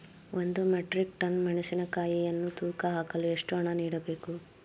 ಒಂದು metric tonne ಮೆಣಸಿನಕಾಯಿಯನ್ನು ತೂಕ ಹಾಕಲು ಎಷ್ಟು ಹಣ ನೀಡಬೇಕು?